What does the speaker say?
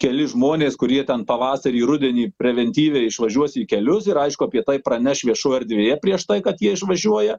keli žmonės kurie ten pavasarį rudenį preventyviai išvažiuosi į kelius ir aišku apie tai praneš viešoj erdvėje prieš tai kad jie išvažiuoja